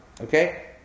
Okay